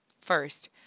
First